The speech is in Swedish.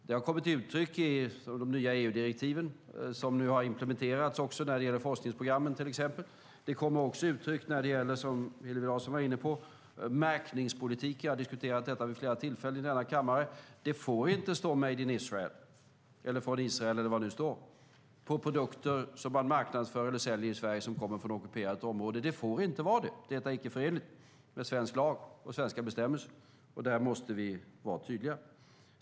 Det har kommit till uttryck i de nya EU-direktiven som nu har implementerats också när det gäller till exempel forskningsprogrammen. Det kommer också till uttryck, som Hillevi Larsson var inne på, i märkningspolitiken. Vi har diskuterat detta vid flera tillfällen i denna kammare. Det får inte stå made in Israel, från Israel, eller vad det nu står, på produkter som man marknadsför och säljer i Sverige som kommer från ockuperat område. Det får inte vara så. Det är icke förenligt med svensk lag och svenska bestämmelser. Där måste vi vara tydliga.